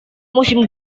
musim